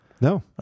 no